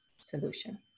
solution